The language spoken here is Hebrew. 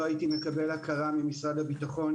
לא הייתי מקבל הכרה ממשרד הביטחון.